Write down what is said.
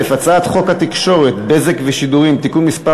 הצעת חוק התקשורת (בזק ושידורים) (תיקון מס'